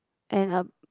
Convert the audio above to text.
and a